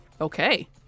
Okay